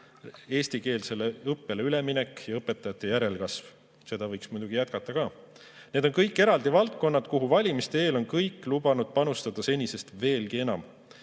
eestikeelsele õppele üleminek ja õpetajate järelkasv – seda võiks muidugi veel jätkata. Need on kõik eraldi valdkonnad, kuhu valimiste eel on kõik lubanud panustada senisest veelgi enam.